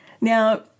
Now